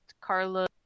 Carla